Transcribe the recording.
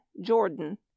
jordan